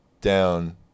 down